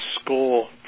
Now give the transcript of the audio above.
SCORE